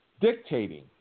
dictating